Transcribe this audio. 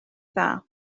dda